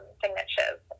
signatures